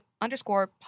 underscore